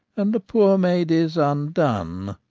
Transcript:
and a poor maid is undone.